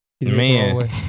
Man